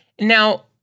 Now